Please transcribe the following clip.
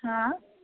हँ